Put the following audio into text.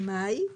במאי,